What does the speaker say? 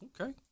okay